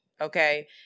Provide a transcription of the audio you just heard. okay